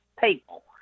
people